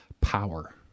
power